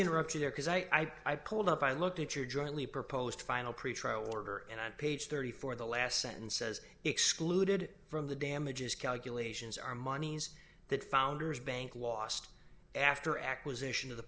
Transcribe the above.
interrupt you there because i i pulled up i looked at your jointly proposed final pretrial order and on page thirty four the last sentence says excluded from the damages calculations are monies that founders bank lost after acquisition of the